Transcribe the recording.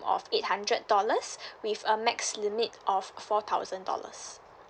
of eight hundred dollars with a max limit or four thousand dollars